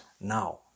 now